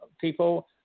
people